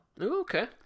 Okay